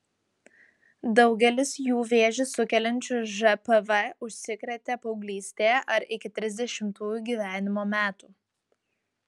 daugelis jų vėžį sukeliančiu žpv užsikrėtė paauglystėje ar iki trisdešimtųjų gyvenimo metų